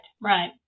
Right